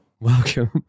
Welcome